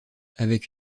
avec